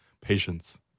patience